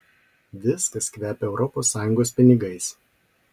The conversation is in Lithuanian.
viskas kvepia europos sąjungos pinigais